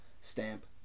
stamp